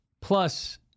Plus